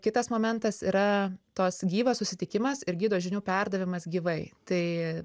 kitas momentas yra tos gyvas susitikimas ir gido žinių perdavimas gyvai tai